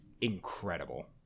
incredible